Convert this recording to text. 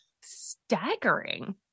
staggering